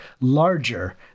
larger